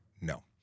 no